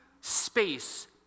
space